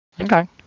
Okay